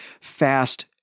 fast